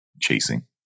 chasing